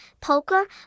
poker